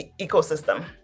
ecosystem